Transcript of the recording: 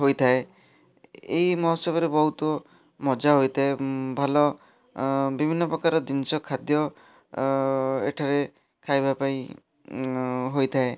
ହୋଇଥାଏ ଏଇ ମହୋତ୍ସବରେ ବହୁତ ମଜା ହୋଇଥାଏ ଭଲ ବିଭିନ୍ନ ପ୍ରକାର ଜିନିଷ ଖାଦ୍ଯ ଏଠାରେ ଖାଇବା ପାଇଁ ହୋଇଥାଏ